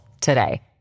today